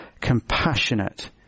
compassionate